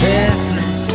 Texas